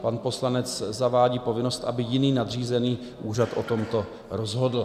Pan poslanec zavádí povinnost, aby jiný nadřízený úřad o tomto rozhodl.